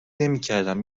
نمیکردم